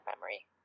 memory